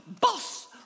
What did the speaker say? boss